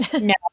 No